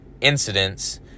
incidents